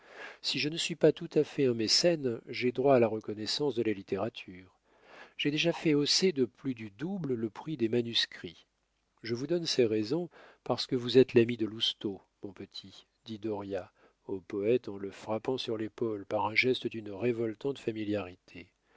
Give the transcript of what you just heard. si je ne suis pas tout à fait un mécène j'ai droit à la reconnaissance de la littérature j'ai déjà fait hausser de plus du double le prix des manuscrits je vous donne ces raisons parce que vous êtes l'ami de lousteau mon petit dit dauriat au poète en le frappant sur l'épaule par un geste d'une révoltante familiarité